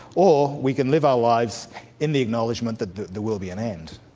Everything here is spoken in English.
or we can live our lives in the acknowledgement that there will be an end.